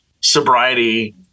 sobriety